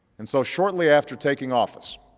and so shortly after taking office,